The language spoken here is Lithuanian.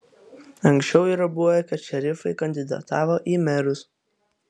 anksčiau yra buvę kad šerifai kandidatavo į merus